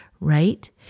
Right